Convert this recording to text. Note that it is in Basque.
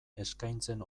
eskaintzen